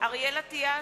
אריאל אטיאס,